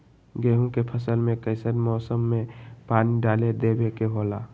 गेहूं के फसल में कइसन मौसम में पानी डालें देबे के होला?